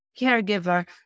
caregiver